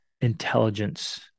intelligence